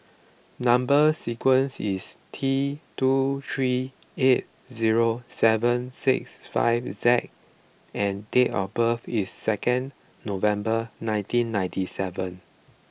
Number Sequence is T two three eight zero seven six five Z and date of birth is second November nineteen ninety seven